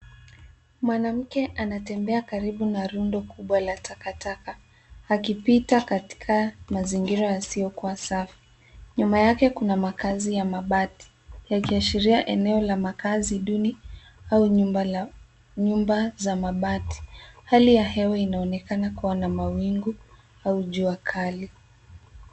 Mwanamke anatembea karibu na rundo kubwa la takataka, akipita katika mazingira yasiyokuwa safi. Nyuma yake kuna makazi ya mabati, yakiashiria eneo la makazi duni au nyumba za mabati. Hali ya hewa inaonekana kuwa na mawingu au jua kali.